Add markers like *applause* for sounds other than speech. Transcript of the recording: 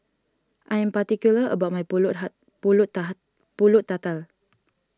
I am particular about my Pulut *hesitation* Pulut Taha Pulut Tatal